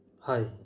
Hi